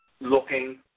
looking